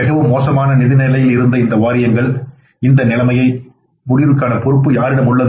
மிகவும் மோசமான நிதி நிலையில் இருந்த இந்த வாரியங்கள் இந்த நிலைமையை முடிவிற்கான பொறுப்பு யாரிடம் உள்ளது